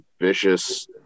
vicious